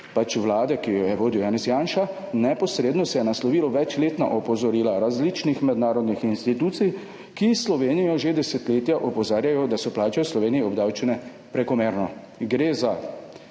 pač Vlade, ki jo je vodil Janez Janša, neposredno se je naslovilo večletna opozorila različnih mednarodnih institucij, ki Slovenijo že desetletja opozarjajo, da so plače v Sloveniji obdavčene prekomerno, gre za